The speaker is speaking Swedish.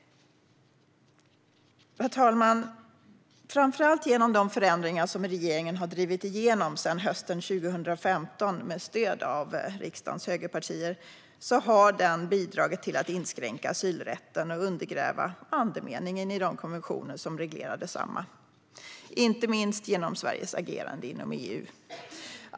Herr talman! Framför allt genom de förändringar som regeringen har drivit igenom sedan hösten 2015 med stöd av riksdagens högerpartier har man bidragit till att inskränka asylrätten och undergräva andemeningen i de konventioner som reglerar densamma. Det gäller inte minst genom Sveriges agerande inom EU.